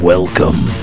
Welcome